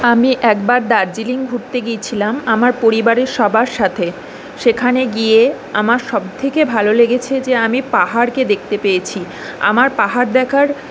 আমি একবার দার্জিলিং ঘুরতে গিয়েছিলাম আমার পরিবারের সবার সাথে সেখানে গিয়ে আমার সবথেকে ভালো লেগেছে যে আমি পাহাড়কে দেখতে পেয়েছি আমার পাহাড় দেখার